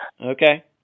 Okay